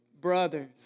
brothers